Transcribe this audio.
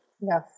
Yes